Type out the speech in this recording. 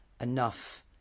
enough